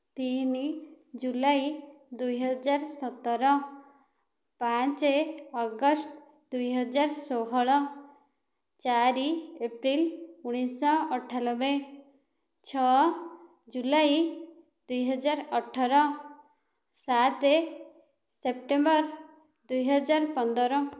ତିନି ଜୁଲାଇ ଦୁଇହଜାର ସତର ପାଞ୍ଚ ଅଗଷ୍ଟ ଦୁଇହଜାର ଷୋହଳ ଚାରି ଏପ୍ରିଲ ଉଣାଇଶଶହ ଅଠାନବେ ଛଅ ଜୁଲାଇ ଦୁଇହଜାର ଅଠର ସାତ ସେପ୍ଟେମ୍ବର ଦୁଇହଜାର ପନ୍ଦର